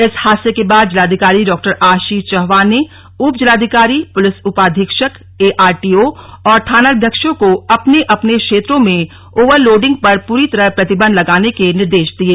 इस हादसे के बाद जिलाधिकारी डॉ आशीष चौहान ने उपजिलाधिकारी पुलिस उपाधीक्षक एआरटीओ और थानाध्यक्षों को अपने अपने क्षेत्रों में ओवर लोडिंग पर पूरी तरह प्रतिबंध लगाने के निर्देश दिये